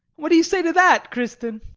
what do you say to that, kristin?